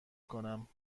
کنم